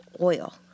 oil